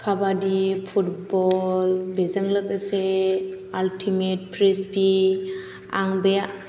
काबादि फुटब'ल बेजों लोगोसे आल्टिमेट फ्रिसबि आं बे